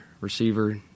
receiver